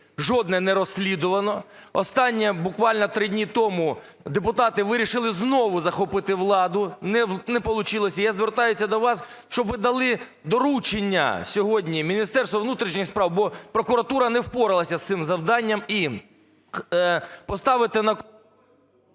жодне не розслідувано. Останнє, буквально три дні тому, депутати вирішили знову захопити владу – не получилося. Я звертаюся до вас, щоб ви дали доручення сьогодні Міністерству внутрішніх справ, бо прокуратура не впоралася з цим завданням,